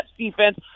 defense